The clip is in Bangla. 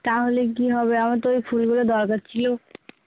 তাহলে কী হবে আমার তো ওই ফুলগুলো দরকার ছিলো